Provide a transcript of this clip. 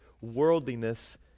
worldliness